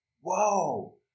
whoa